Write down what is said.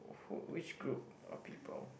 who which group of people